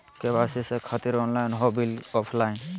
KYC से खातिर online हो बिल ऑफलाइन?